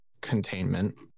containment